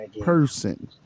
person